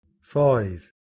five